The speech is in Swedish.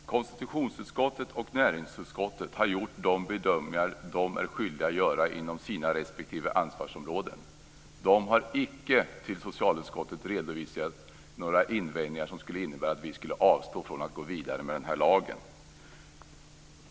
Fru talman! Konstitutionsutskottet och näringsutskottet har gjort de bedömningar som de är skyldiga att göra inom sina respektive ansvarsområden. De har icke till socialutskottet redovisat några invändningar som skulle innebära att vi skulle avstå från att gå vidare med den här lagen.